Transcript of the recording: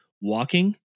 walking